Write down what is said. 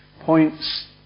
points